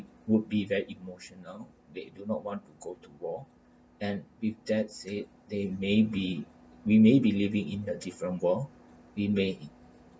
would be very emotional they do not want to go to war and with that said they maybe we maybe living in a different world we may